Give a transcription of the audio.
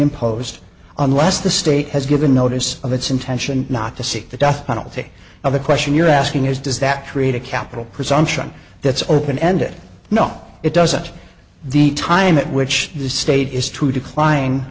imposed on less the state has given notice of its intention not to seek the death penalty now the question you're asking is does that create a capital presumption that's open ended no it doesn't the time at which the state is t